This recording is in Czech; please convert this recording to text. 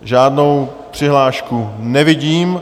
Žádnou přihlášku nevidím.